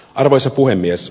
arvoisa puhemies